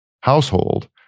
household